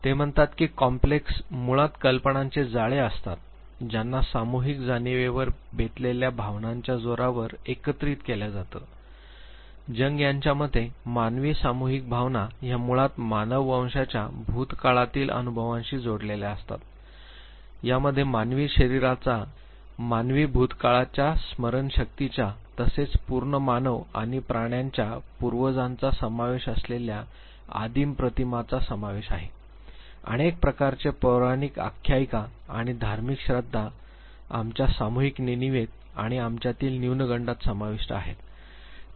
ते म्हणातात की कॉम्प्लेक्स मुळात कल्पनांचे जाळे असतात ज्यांना सामूहिक जाणीवेवर बेतलेल्या भावनांच्या जोरावर एकत्रित केल्या जातं जंग यांच्यामते मानवी सामूहिक भावना ह्या मुळात मानव वंशाच्या भूतकाळातील अनुभवांशी जोडलेल्या असतात यामध्ये मानवी शरीराचा मागील अनुभव मानवी भूतकाळाच्या स्मरणशक्तीचा तसेच पूर्व मानव आणि प्राण्यांच्या पूर्वजांचा समावेश असलेल्या आदिम प्रतिमांचा समावेश आहे अनेक प्रकारचे पौराणिक आख्यायिका आणि धार्मिक श्रद्धा आमच्या सामूहिक नेणीवेत आणि आमच्यातील न्युनगंडात समाविष्ट आहेत